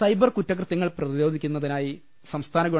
cyber കുറ്റകൃത്യങ്ങൾ പ്രതിരോധിക്കുന്നതിനായി സംസ്ഥാന ഗവ